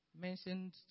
mentioned